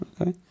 okay